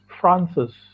Francis